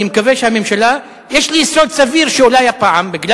יש לי יסוד סביר שאולי הפעם, מכיוון